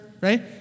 Right